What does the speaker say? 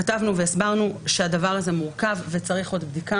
כתבנו והסברנו שהדבר הזה מורכב וצריך עוד בדיקה,